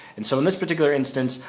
and so in this particular instance,